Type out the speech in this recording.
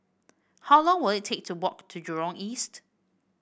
how long will it take to walk to Jurong East